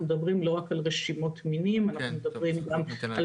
אנחנו מדברים לא רק על רשימות מינים אלא גם על